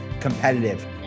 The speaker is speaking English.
competitive